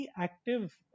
active